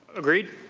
agreed?